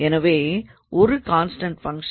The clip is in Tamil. எனவே ஒரு கான்ஸ்டண்ட் ஃபங்க்ஷன் C